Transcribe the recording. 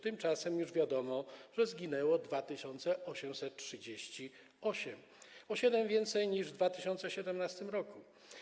Tymczasem już wiadomo, że zginęło 2838 osób, o siedem więcej niż w 2017 r.